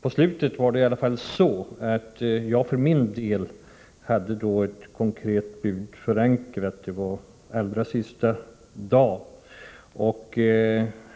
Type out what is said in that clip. På slutet — det var allra sista dagen — hade jag för min del ett konkret bud förankrat och